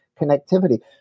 connectivity